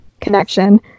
connection